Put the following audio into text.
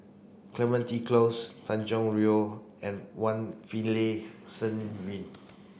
Clementi Close Tanjong Rhu and one Finlayson Green